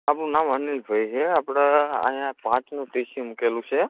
આપણું નામ અનીલભઈ છે આપણે અહીંયા પાંચનુ ટી સી મુકેલું છે